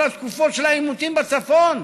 כל התקופות של העימותים בצפון